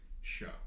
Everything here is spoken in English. show